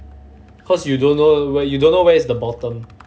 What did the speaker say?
cause you don't know where you don't know where is the bottom